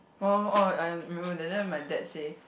oh oh oh I remember that time my dad say